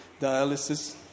dialysis